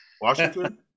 Washington